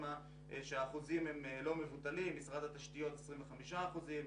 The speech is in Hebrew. האחוזים לא מבוטלים, מברד התשתיות 25% אחוזים,